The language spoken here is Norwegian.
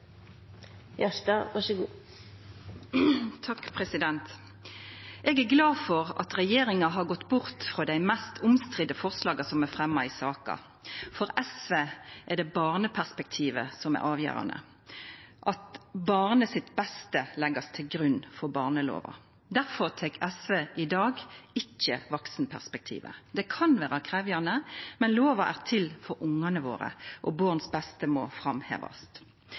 glad for at regjeringa har gått bort frå dei mest omstridde forslaga som er fremja i saka. For SV er det barneperspektivet som er avgjerande, og at kva som er det beste for barnet, skal leggjast til grunn for barnelova. Difor tek SV i dag ikkje vaksenperspektivet. Det kan vera krevjande, men lova er til for ungane våre, og barna kva som er det beste for barnet, må framhevast.